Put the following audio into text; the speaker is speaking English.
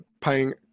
paying